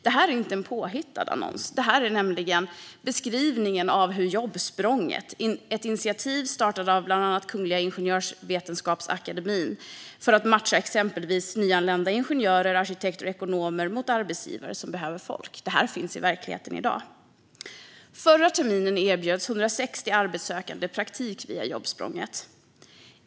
Det här inte en påhittad annons utan en beskrivning av Jobbsprånget, ett initiativ startat av bland andra Kungliga Ingenjörsvetenskapsakademien för att matcha exempelvis nyanlända ingenjörer, arkitekter och ekonomer mot arbetsgivare som behöver folk. Det här finns i verkligheten i dag. Förra terminen erbjöds 160 arbetssökande praktik via Jobbsprånget.